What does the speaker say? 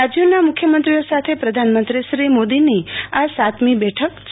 રાજયોના મુખ્યમંત્રીઓ સાથે પ્રધાનમંત્રીશ્રી મોદી ની આ સાતમી બેઠક છે